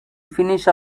finish